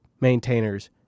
maintainers